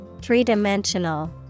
Three-dimensional